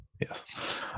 Yes